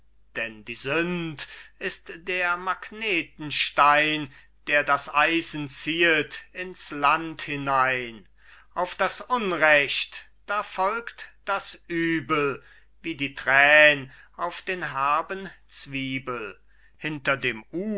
denn die sünd ist der magnetenstein der das eisen ziehet ins land herein auf das unrecht da folgt das übel wie die trän auf den herben zwiebel hinter dem